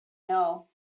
know